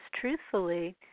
truthfully